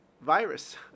virus